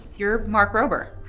you're mark rober.